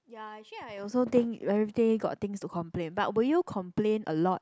ya actually I also think everyday got things to complain but will you complain a lot